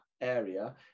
area